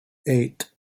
eight